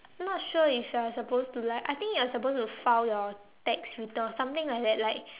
not sure if you are supposed to like I think you are supposed to file your tax return or something like that like